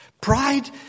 Pride